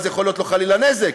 שאז יכול להיות לו חלילה נזק.